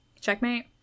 Checkmate